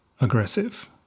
aggressive